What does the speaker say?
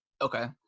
Okay